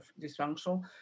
dysfunctional